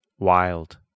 Wild